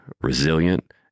resilient